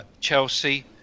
Chelsea